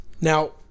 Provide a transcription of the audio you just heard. Now